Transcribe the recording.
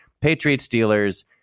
Patriots-Steelers